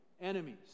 Enemies